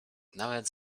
nawet